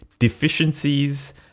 Deficiencies